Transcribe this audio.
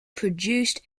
produced